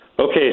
Okay